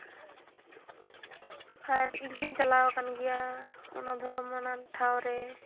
ᱟᱨ ᱤᱧᱦᱚᱹᱧ ᱪᱟᱞᱟᱣ ᱟᱠᱟᱱ ᱜᱮᱭᱟ ᱚᱱᱟ ᱫᱷᱚᱨᱚᱢᱟᱱᱟᱝ ᱴᱷᱟᱶ ᱨᱮ